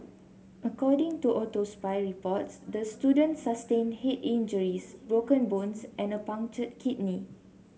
according to autopsy reports the student sustained head injuries broken bones and a punctured kidney